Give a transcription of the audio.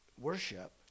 worship